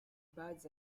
birds